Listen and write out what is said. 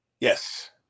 Yes